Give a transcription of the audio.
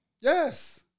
Yes